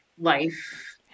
life